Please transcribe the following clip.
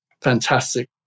fantastic